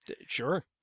Sure